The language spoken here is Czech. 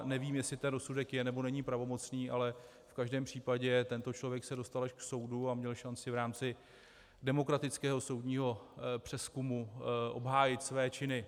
Nevím, jestli ten rozsudek je, nebo není pravomocný, ale v každém případě tento člověk se dostal až k soudu a měl šanci v rámci demokratického soudního přezkumu obhájit své činy.